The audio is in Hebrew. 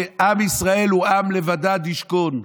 שעם ישראל הוא "עם לבדד יִשְׁכֹּן".